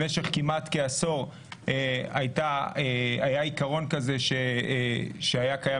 במשך כמעט כעשור היה עיקרון כזה שהיה קיים